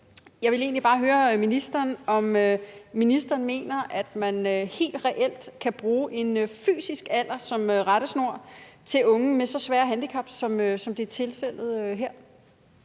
Jeg vil egentlig bare høre ministeren, om ministeren mener, at man helt reelt kan bruge en fysisk alder som rettesnor til unge med så svære handikap, som det er tilfældet her.